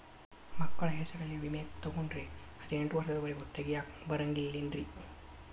ಮಕ್ಕಳ ಹೆಸರಲ್ಲಿ ವಿಮೆ ತೊಗೊಂಡ್ರ ಹದಿನೆಂಟು ವರ್ಷದ ಒರೆಗೂ ತೆಗಿಯಾಕ ಬರಂಗಿಲ್ಲೇನ್ರಿ?